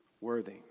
worthy